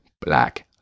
black